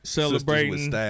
celebrating